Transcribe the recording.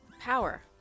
Power